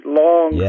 long